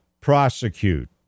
prosecute